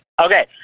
Okay